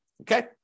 okay